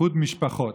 איחוד משפחות.